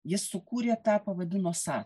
jis sukūrė tą pavadino sat